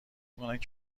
میکنند